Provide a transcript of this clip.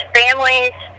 families